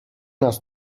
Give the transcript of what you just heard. nas